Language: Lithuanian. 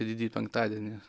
į didįjį penktadienį